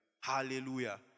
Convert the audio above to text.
Hallelujah